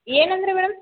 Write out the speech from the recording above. ಏನಂದಿರಿ madam